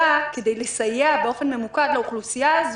כדי לסייע באופן ממוקד לאוכלוסייה הזאת,